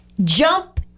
jump